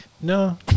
No